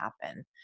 happen